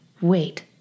wait